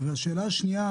ושאלה שנייה,